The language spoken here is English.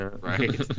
Right